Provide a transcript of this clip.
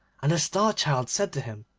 and the star-child said to him,